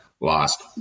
lost